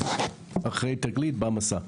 אז אחרי תגלית בא מסע.